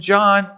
John